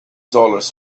dollars